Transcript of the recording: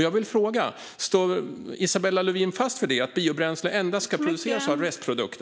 Jag vill fråga: Står Isabella Lövin fast vid det?